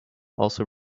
also